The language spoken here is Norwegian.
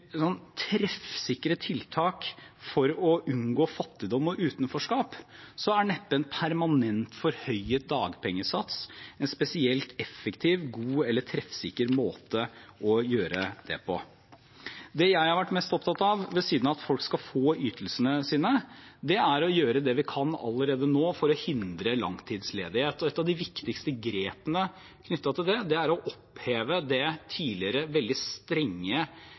treffsikre tiltak for å unngå fattigdom og utenforskap, er neppe en permanent forhøyet dagpengesats en spesielt effektiv, god eller treffsikker måte å gjøre det på. Det jeg har vært mest opptatt av, ved siden av at folk skal få ytelsene sine, er å gjøre det vi kan allerede nå for å hindre langtidsledighet. Et av de viktigste grepene knyttet til det, er å oppheve det tidligere veldig strenge